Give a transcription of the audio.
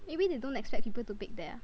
maybe they don't expect people to bake there ah